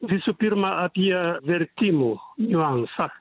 visų pirma apie vertimų niuansą